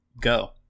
Go